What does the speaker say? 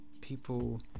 people